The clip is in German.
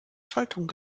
schaltung